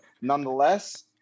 Nonetheless